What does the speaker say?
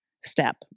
step